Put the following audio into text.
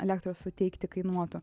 elektros suteikti kainuotų